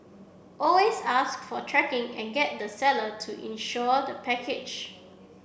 always ask for tracking and get the seller to insure the package